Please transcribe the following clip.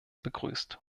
begrüßt